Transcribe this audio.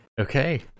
okay